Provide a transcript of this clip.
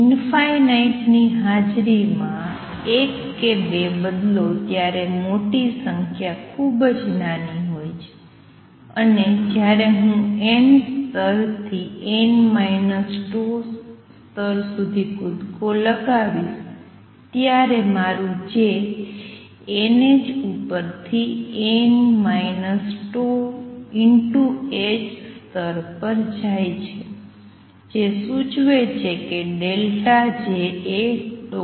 infinite ની હાજરીમાં એક કે બે બદલો ત્યારે મોટી સંખ્યા ખૂબ જ નાની હોય છે અને જ્યારે હું n સ્તરથી n τ સ્તર સુધી કૂદકો લગાવીશ ત્યારે મારું J nh ઉપર થી n τh સ્તર પર જાય છે જે સૂચવે છે કે J એ h છે